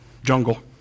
jungle